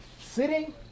sitting